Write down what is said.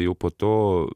jau po to